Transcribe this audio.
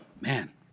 man